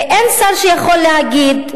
ואין שר שיכול להגיד,